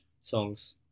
songs